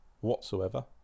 whatsoever